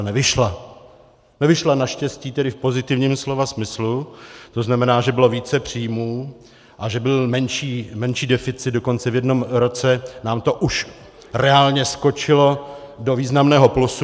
Nevyšla naštěstí, tedy v pozitivním slova smyslu, to znamená, že bylo více příjmů a že byl menší deficit, dokonce v jednom roce nám to už reálně skočilo do významného plusu.